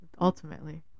Ultimately